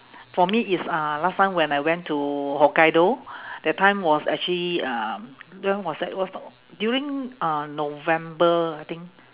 for me it's uh last time when I went to hokkaido that time was actually um when was that it was during uh november I think